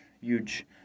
huge